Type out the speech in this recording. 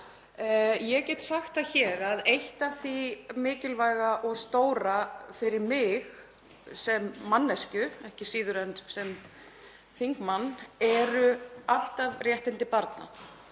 Ég get sagt það hér að eitt af því mikilvæga og stóra fyrir mig, sem manneskju ekki síður en þingmann, eru alltaf réttindi barna.